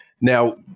Now